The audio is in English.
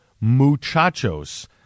muchachos